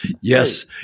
Yes